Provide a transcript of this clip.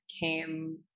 came